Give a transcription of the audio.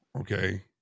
Okay